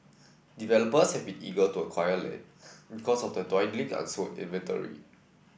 developers have been eager to acquire land because of the dwindling unsold inventory